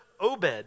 Obed